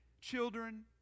children